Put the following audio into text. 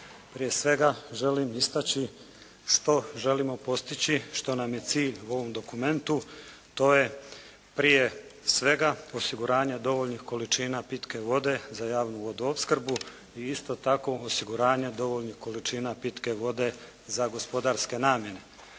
Prije svega želi istaći što želimo postići što nam je cilj u ovom dokumentu to je prije svega osiguranja dovoljnih količina pitke vode za javnu vodoopskrbu i isto tako osiguranje dovoljnih količina pitke vode za gospodarske namjene.